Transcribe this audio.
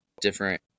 different